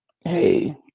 Hey